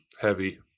heavy